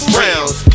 rounds